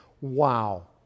Wow